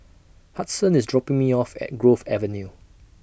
Hudson IS dropping Me off At Grove Avenue